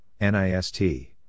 NIST